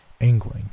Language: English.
angling